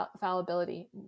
fallibility